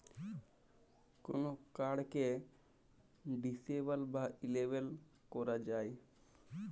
call কাড়কে disable বা enable ক্যরা যায়